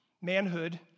Manhood